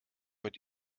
wird